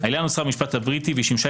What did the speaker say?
מדובר בעילה שנוצרה במשפט הבריטי ואשר שימשה